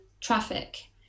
traffic